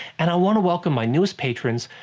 and i want to welcome my newest patrons,